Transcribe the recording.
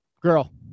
Girl